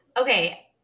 okay